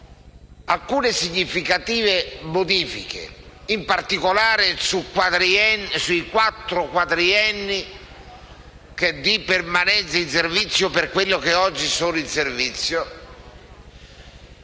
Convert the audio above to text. alcune significative modifiche, in particolare sui quattro quadrienni di permanenza in servizio per quelli che oggi sono in servizio,